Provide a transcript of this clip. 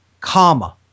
comma